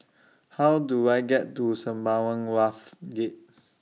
How Do I get to Sembawang Wharves Gate